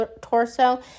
torso